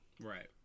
Right